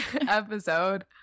episode